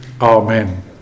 Amen